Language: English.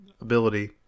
ability